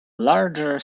larger